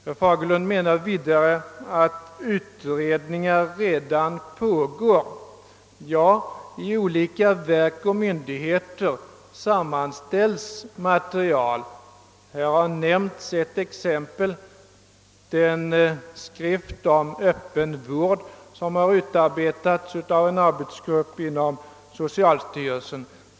Herr Fagerlund säger också att utredningar i dessa frågor redan pågår. Ja, i olika verk och myndigheter sammanställs material. Ett exempel har nämnts, nämligen den skrift om öppen vård som har utarbetats av en arbetsgrupp inom socialstyrelsen.